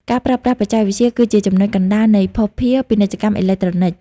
ការប្រើប្រាស់បច្ចេកវិទ្យាគឺជាចំណុចកណ្តាលនៃភស្តុភារ ពាណិជ្ជកម្មអេឡិចត្រូនិក ។